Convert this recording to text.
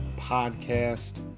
podcast